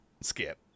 skip